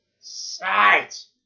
sight